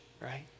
right